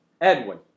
Edwin